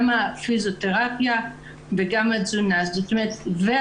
גם הפיזיותרפיה, וגם התזונה והרפואה.